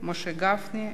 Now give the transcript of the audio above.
משה גפני,